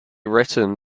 written